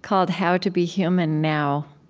called how to be human now,